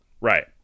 Right